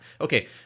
okay